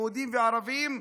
יהודים וערבים,